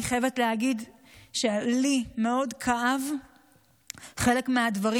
אני חייבת להגיד שלי מאוד כאב חלק מהדברים